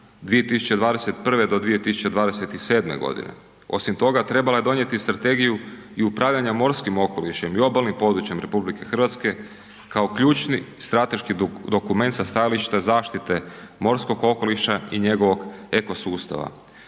2021.-2027.g. Osim toga, trebala je donijeti i Strategiju i upravljanja morskim okolišem i obalnim područjem RH kao ključni strateški dokument sa stajališta zaštite morskog okoliša i njegovog eko sustava,